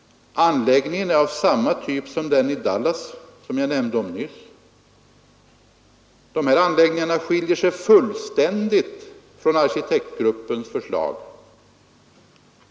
Anläggningen är av samma typ som den i Dallas, som jag nämnde om nyss. Dessa anläggningar skiljer sig fullständigt från arkitektgruppens förslag.